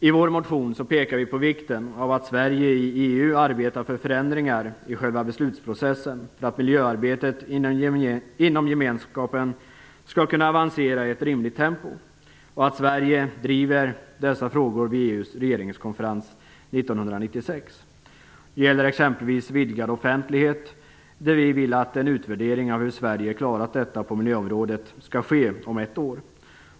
I vår motion pekar vi på vikten av att Sverige i EU arbetar för förändringar i själva beslutsprocessen, för att miljöarbetet inom gemenskapen skall kunna avancera i ett rimligt tempo och att Sverige driver dessa frågor vid EU:s regeringskonferens 1996. Det gäller exempelvis vidgad offentlighet, där vi vill att en utvärdering av hur Sverige har klarat detta på miljöområdet skall ske om ett år.